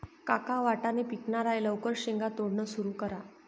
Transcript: काका वाटाणे पिकणार आहे लवकर शेंगा तोडणं सुरू करा